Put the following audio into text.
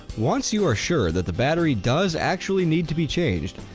once you are sure that the battery does actually need to be changed,